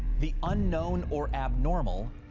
the unknown or abnormal,